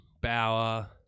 Bauer